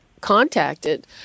contacted